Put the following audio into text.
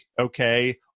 okay